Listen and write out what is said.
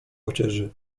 odzieży